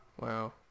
Wow